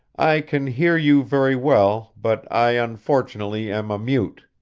i can hear you very well, but i, unfortunately, am a mute.